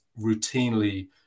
routinely